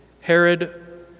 Herod